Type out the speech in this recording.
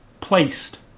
placed